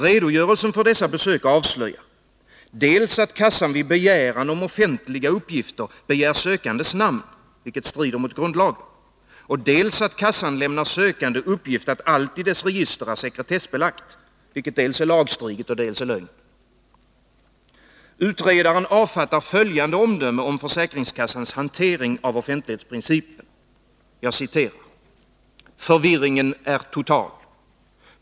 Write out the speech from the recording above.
Redogörelsen för dessa besök avslöjar dels att kassan vid begäran om offentliga uppgifter begär sökandes namn — vilket strider mot grundlagen —, dels att kassan lämnar sökande uppgift att allt i dess register är sekretessbelagt — vilket dels är lagstridigt, dels är lögn. Utredaren avfattar följande omdöme om försäkringskassans hantering av offentlighetsprincipen: S ”Förvirringen är total.